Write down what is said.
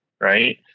Right